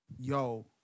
yo